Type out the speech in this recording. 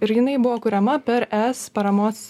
ir jinai buvo kuriama per es paramos